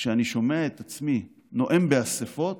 כשאני שומע את עצמי נואם באספות